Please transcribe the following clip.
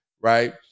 right